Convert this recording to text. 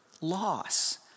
loss